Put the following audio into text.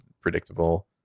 predictable